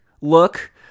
look